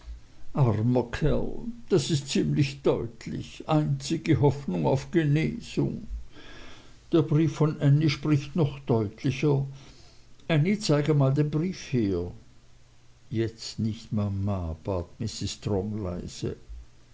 das ist ziemlich deutlich einzige hoffnung auf genesung der brief von ännie spricht noch deutlicher ännie zeig einmal den brief her jetzt nicht mama bat